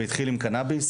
הוא התחיל עם קנביס,